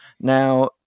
Now